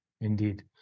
Indeed